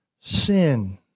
sin